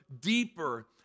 deeper